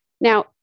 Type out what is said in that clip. Now